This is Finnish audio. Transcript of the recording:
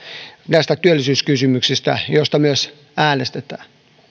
näistä työllisyyskysymyksistä joista myös äänestetään